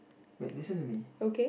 wait listen to me